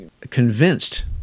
Convinced